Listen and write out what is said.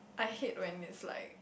I hate when it's like